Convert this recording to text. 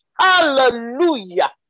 Hallelujah